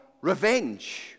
revenge